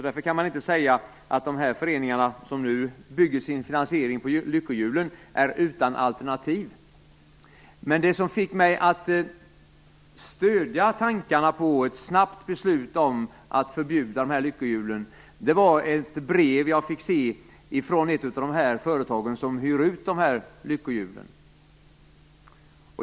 Därför kan man inte säga att de föreningar som bygger sin finansiering på lyckohjulen är utan alternativ. Det som fick mig att stödja tankarna på ett snabbt beslut om att förbjuda lyckohjulen var ett brev jag fick se från ett av de företag som hyr ut lyckohjul.